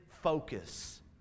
focus